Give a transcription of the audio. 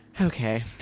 Okay